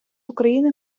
україни